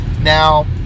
Now